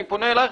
אני פונה אלייך,